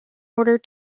order